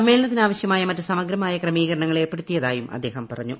സമ്മേളനത്തിനാവശ്യമായ മറ്റ് സമഗ്രമായ ക്രമീകരണങ്ങൾ ഏർപ്പെടുത്തിയതായും അദ്ദേഹം പറഞ്ഞു